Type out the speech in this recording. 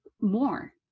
more